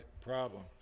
problem